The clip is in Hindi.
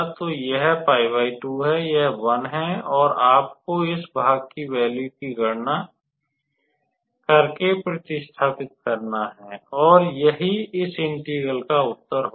तो यह 𝜋2 है यह 1 है और आपको इस भाग की वैल्यू की गणना करके प्र्तिस्थापित करना है और यही इस इंटेग्रल का उत्तर होगा